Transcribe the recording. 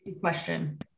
question